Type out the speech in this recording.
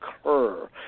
occur